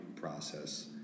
process